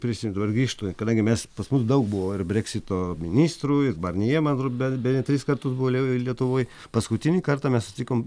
prisimenu dabar grįžtu kadangi mes pas mus daug buvo ir breksito ministrų ir barnjė man atrodo be bene tris kartus buvo lie lietuvoj paskutinį kartą mes sutikom